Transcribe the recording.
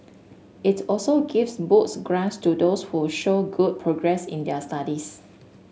it also gives books grants to those who show good progress in their studies